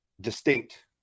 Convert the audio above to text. distinct